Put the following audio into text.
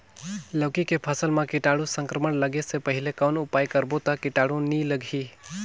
लौकी के फसल मां कीटाणु संक्रमण लगे से पहले कौन उपाय करबो ता कीटाणु नी लगही?